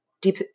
deep